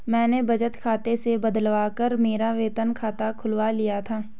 मैंने बचत खाते से बदलवा कर मेरा वेतन खाता खुलवा लिया था